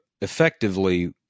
effectively